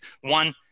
one